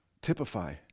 typify